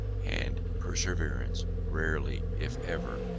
and perseverance rarely, if ever,